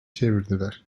çevirdiler